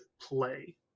play